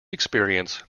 experience